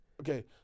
Okay